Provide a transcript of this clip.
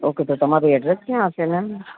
okay તો તમારું address કયા હશે મેમ